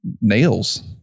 nails